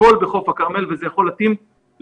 הכול, בחוף הכרמל, וזה יכול להתאים לכולם.